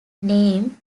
name